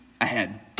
ahead